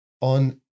on